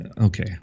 okay